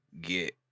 get